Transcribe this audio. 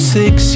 six